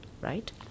Right